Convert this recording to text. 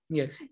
yes।